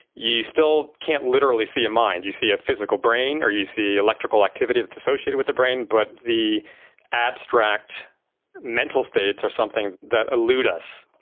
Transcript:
you still can't literally see a mind. you see a physical brain or you see electrical activity that's associated with the brain, but the abstract mental states are something that elude us.